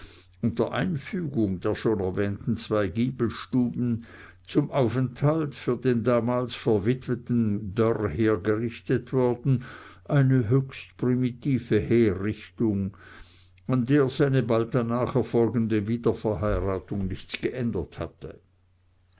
unter einfügung der schon erwähnten zwei giebelstuben zum aufenthalt für den damals verwitweten dörr hergerichtet worden eine höchst primitive herrichtung an der seine bald danach erfolgende wiederverheiratung nichts geändert hatte